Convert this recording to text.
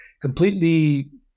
completely